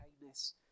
kindness